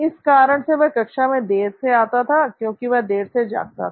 इस कारण से वह कक्षा में देर से आता था क्योंकि वह देर से जागता था